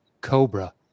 Cobra